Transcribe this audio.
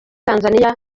tanzania